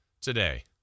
today